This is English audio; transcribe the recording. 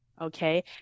Okay